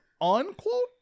unquote